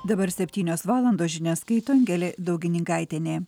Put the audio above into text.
dabar septynios valandos žinias skaito angelė daugininkaitienė